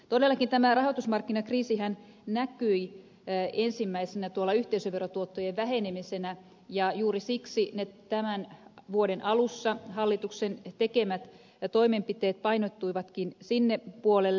todellakin tämä rahoitusmarkkinakriisihän näkyi ensimmäisenä yhteisöverotuottojen vähenemisenä ja juuri siksi ne tämän vuoden alussa hallituksen tekemät toimenpiteet painottuivatkin sinne puolelle